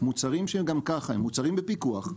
מוצרים שהם גם ככה מוצרים בפיקוח,